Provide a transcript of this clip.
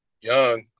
young